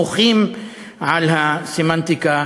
מוחים על הסמנטיקה,